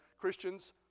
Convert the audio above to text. Christians